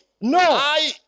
No